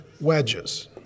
wedges